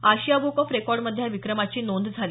Asia book of रेकॉर्डमध्ये या विक्रमाची नोंद झाली